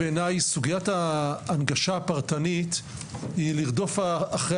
בעיניי סוגיית ההנגשה הפרטנית היא לרדוף אחרי